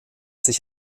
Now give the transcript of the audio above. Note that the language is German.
sich